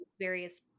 various